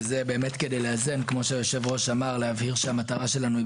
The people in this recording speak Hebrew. וזה כדי להבהיר שהמטרה שלנו היא